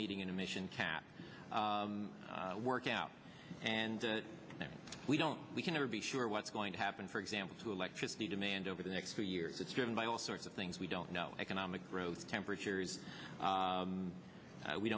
meeting in a mission can work out and we don't we can never be sure what's going to happen for example to electricity demand over the next few years it's driven by all sorts of things we don't know economic growth temperatures